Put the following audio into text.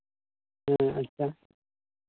ᱦᱮᱸ ᱟᱪᱪᱷᱟ